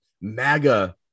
MAGA